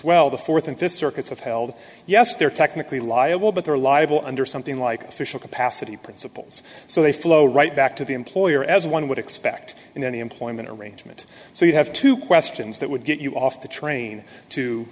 well the fourth and fifth circuits of held yes they're technically liable but they're liable under something like official capacity principles so they flow right back to the employer as one would expect in any employment arrangement so you have two questions that would get you off the train to